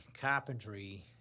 carpentry